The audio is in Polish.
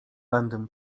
będę